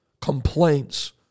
complaints